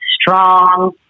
strong